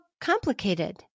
complicated